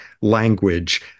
language